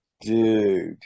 Dude